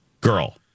girl